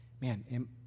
man